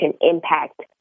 impact